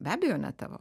be abejo